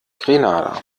grenada